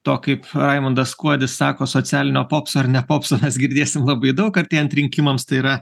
to kaip raimundas kuodis sako socialinio popso ar ne popso mes girdėsim labai daug artėjant rinkimams tai yra